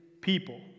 people